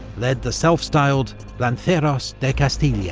led the self-styled lanceros de castilla.